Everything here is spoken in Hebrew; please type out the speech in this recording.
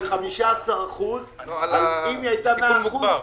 היא 15%. אם היא הייתה 100%,